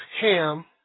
Ham